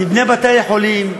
נבנה בתי-חולים,